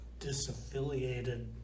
disaffiliated